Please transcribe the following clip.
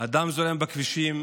הדם זורם בכבישים,